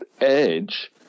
edge